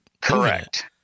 Correct